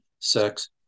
sex